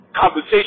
conversation